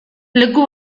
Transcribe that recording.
leku